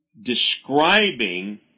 describing